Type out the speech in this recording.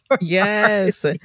Yes